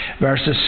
Verses